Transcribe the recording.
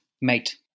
mate